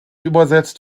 übersetzt